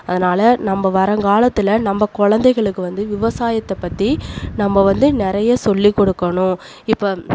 அதனால் நம்ம வருங்காலத்துல நம்ம குழந்தைகளுக்கு வந்து விவசாயத்தை பற்றி நம்ம வந்து நிறைய சொல்லி கொடுக்கணும் இப்போ